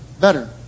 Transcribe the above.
better